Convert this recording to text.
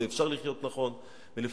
ואפשר לחיות נכון ולפרנס.